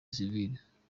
civile